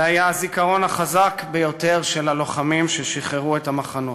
זה היה הזיכרון החזק ביותר של הלוחמים ששחררו את המחנות.